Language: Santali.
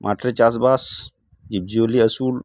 ᱢᱟᱴᱷ ᱨᱮ ᱪᱟᱥᱵᱟᱥ ᱡᱤᱵᱽ ᱡᱤᱭᱟᱹᱞᱤ ᱟᱹᱥᱩᱞ